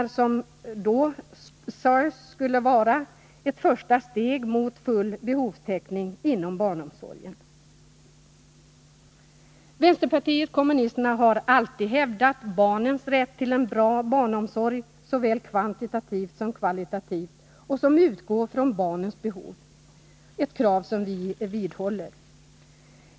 Det sades då att utbyggnaden skulle vara ett första steg mot full behovstäckning inom barnomsorgen. Vänsterpartiet kommunisterna har alltid hävdat barnens rätt till en bra barnomsorg, såväl kvantitativt som kvalitativt, utgående från barnens behov. Det är ett krav som vi vidhåller.